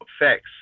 effects